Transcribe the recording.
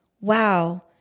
wow